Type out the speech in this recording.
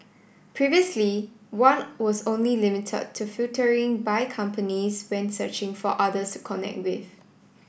previously one was only limited to filtering by companies when searching for others to connect with